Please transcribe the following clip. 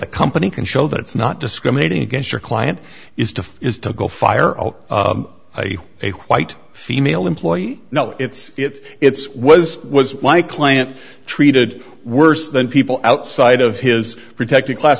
the company can show that it's not discriminating against your client is to is to go fire a white female employee now it's it's it's was was my client treated worse than people outside of his protected class